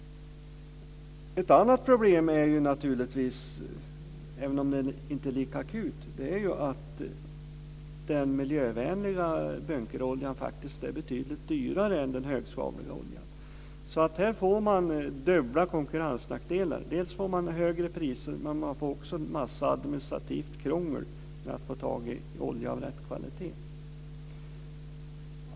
Ett annat problem, även om det inte är lika akut, är att den miljövänliga bunkeroljan är betydligt dyrare än den högsvavliga oljan. Det blir dubbla konkurrensnackdelar: dels högre priser, dels administrativt krångel för att få tag i olja av rätt kvalitet.